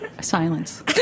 Silence